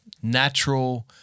natural